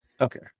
Okay